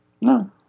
No